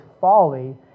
folly